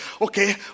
Okay